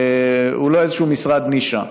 הוא לא איזשהו משרד נישה.